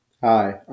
Hi